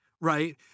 right